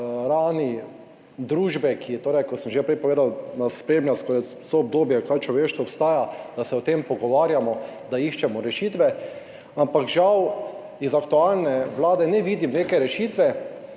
rani družbe, ki je torej kot sem že prej povedal, nas spremlja skozi vso obdobje kar človeštvo obstaja, da se o tem pogovarjamo, da iščemo rešitve, ampak žal iz aktualne Vlade ne vidim neke rešitve.